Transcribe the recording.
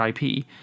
IP